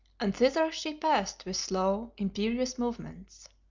and thither she passed with slow, imperious movements.